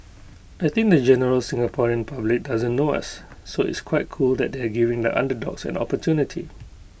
I think the general Singaporean public doesn't know us so it's quite cool that they had giving the underdogs an opportunity